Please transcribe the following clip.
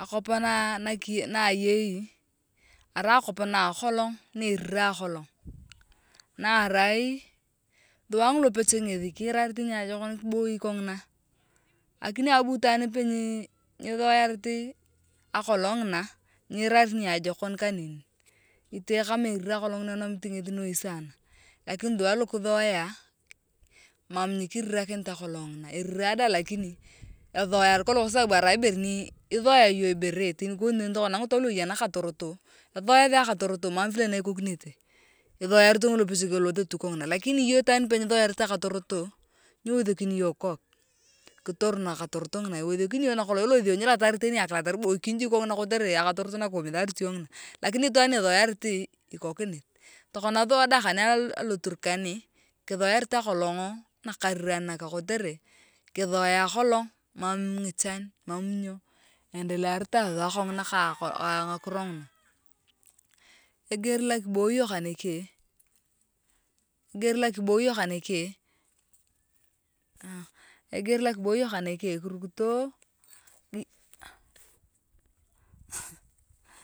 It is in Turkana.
akop nakii na ayeyi arai akop na akolong ne erirae akolong na arai thua ngilopechek ngethi kiirarit niajokon kiboi lakini abu itwaan nipe nyithoarit akolong ngina nyiirari niajokon kaneni itee kama erirae akolong ngina enomit ngethi sana lakini thuwa lukithoea mam nyikirirakinit akolong ngina erirae dae lakini ethoyaar kolong sababu arai ibere ni ithoyae iyong ibore teni tokona ngitunga lu eya nakatorot ethoyathi akatorot mam vile ni ikokinete ithoyarito ngilupechek elothe tu kong’ina lakini iyong itwaan nipe nyithoyarit akatoroto nyiwethekini iyong kikook kitor nakatorot ngina iwethekini iyong nakolong ilothi nyilatar teni akilotar kiboikin jik kongina kotere akatorot nakiumitharit iyong ngina awapei mam sua nyikitekateka kotere emam iboro be epurot lokalaan lu ethikokini ngitunga eyakathi ngitunga enupito akuj eyenete atamar arai akuj ngethi kiyoki eyenete atamar ngethi arai ibere daang aasa ibere be aminatoi ni ebuneneo arai eger lo iminakinotor eeth ngikaitoitoi toruko niajokon kimuja tonyau niche akimuj kimujae ngesi arai arukit naajokon abunit ayong anawi anaajokon ana iboyere aniajokon teni bo kemam akimuj na imujio lakini toyei ekisil kiboyete iyong ka ngikaitoi to ikon niajokon neni abunitor ayong.